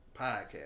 podcast